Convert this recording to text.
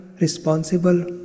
responsible